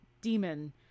demon